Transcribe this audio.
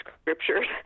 scriptures